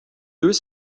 deux